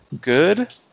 good